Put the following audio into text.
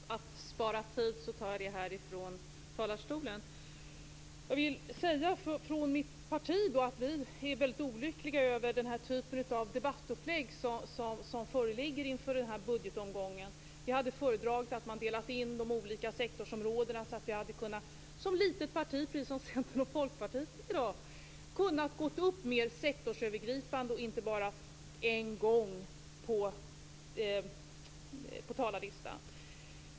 Fru talman! För att spara tid tar jag mitt anförande härifrån bänken. Jag vill för mitt partis räkning säga att vi är mycket olyckliga över den typ av debattupplägg som föreligger i den här budgetomgången. Vi hade föredragit att man hade delat in de olika sektorsområdena så att vi som litet parti, precis som Centern och Folkpartiet i dag, hade kunnat gå upp mer sektorsövergripande och inte bara en gång på talarlistan.